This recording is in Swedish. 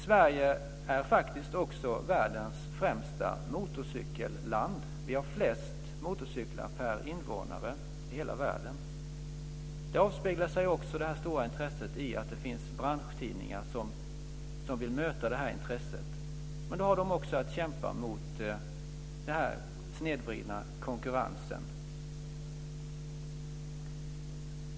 Sverige är faktiskt också världens främsta motorcykelland. Vi har flest motorcyklar per invånare i hela världen. Detta stora intresse avspeglar sig också i att det finns branschtidningar som vill möta detta intresse, men de har också att kämpa mot denna snedvridna konkurrens.